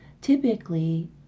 typically